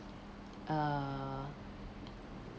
uh